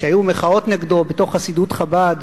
שהיו מחאות נגדו בתוך חסידות חב"ד,